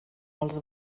els